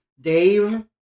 Dave